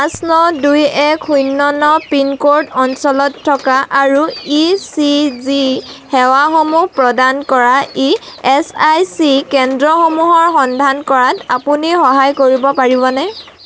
পাঁচ ন দুই এক শূন্য ন পিনক'ড অঞ্চলত থকা আৰু ই চি জি সেৱাসমূহ প্ৰদান কৰা ই এছ আই চি কেন্দ্ৰসমূহৰ সন্ধান কৰাত আপুনি সহায় কৰিব পাৰিবনে